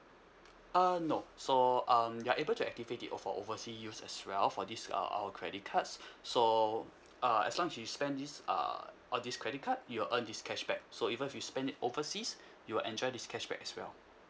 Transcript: uh no so um you're able to activate it or for oversea use as well for this uh our credit cards so uh as long as you spend this err on this credit card you will earn this cashback so even if you spend it overseas you will enjoy this cashback as well